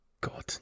God